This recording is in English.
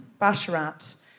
Basharat